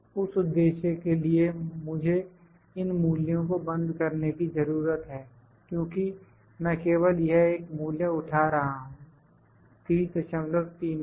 उस उद्देश्य के लिए मुझे इन मूल्यों को बंद करने की जरूरत है क्योंकि मैं केवल यह एक मूल्य उठा रहा हूं 3039